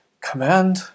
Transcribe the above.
command